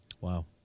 Wow